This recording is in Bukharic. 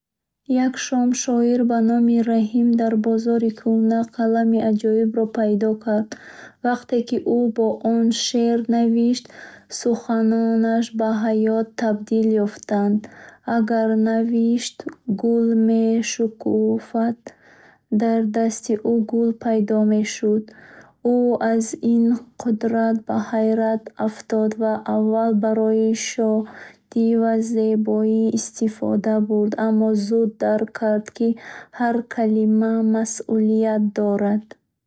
Як шом, шоир бо номи Раҳим дар бозори кӯҳна калами аҷибро пайдо кард. Вақте ки ӯ бо он шеър навишт, суханонаш ба ҳаёт табдил ёфтанд: агар навишт “гул мешукуфад”, дар дасти ӯ гул пайдо мешуд. Ӯ аз ин қудрат ба ҳайрат афтод ва аввал барои шодӣ ва зебоӣ истифода бурд. Аммо зуд дарк кард, ки ҳар калима масъулият дорад.